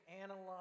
analyze